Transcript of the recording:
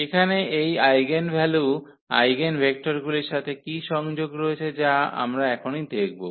এখানে এই আইগেনভ্যালু আইগেনভেক্টরগুলির সাথে কী সংযোগ রয়েছে যা আমরা এখনই দেখব